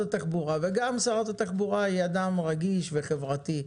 התחבורה וגם שרת התחבורה היא אדם רגיש וחברתי,